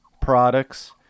products